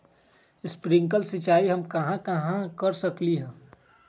Sprinkle सिंचाई हम कहाँ कहाँ कर सकली ह?